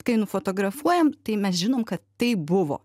kai nufotografuojam tai mes žinom kad taip buvo